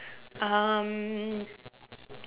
um